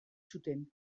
zuten